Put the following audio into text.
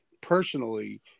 personally